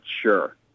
sure